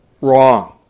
wrong